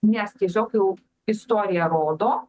nes tiesiog jau istorija rodo